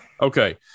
Okay